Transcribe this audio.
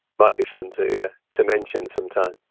might be fun to to mention sometime.